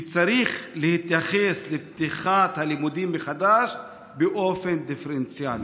וצריך להתייחס לפתיחת הלימודים מחדש באופן דיפרנציאלי,